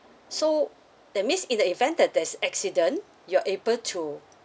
so that means in the event that there's accident you are able to